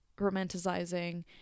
romanticizing